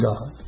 God